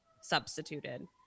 substituted